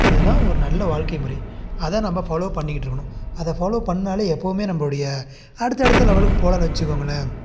அது தான் ஒரு நல்ல வாழ்க்கை முறை அதை நம்ம ஃபாலோ பண்ணிக்கிட்டு இருக்கணும் அதை ஃபாலோ பண்ணாலே எப்போவும் நம்மளோடைய அடுத்தடுத்த லெவலுக்கு போகலான்னு வச்சுக்கோங்களேன்